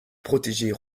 protéger